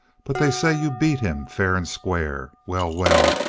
but they say you beat him fair and square. well, well,